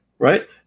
right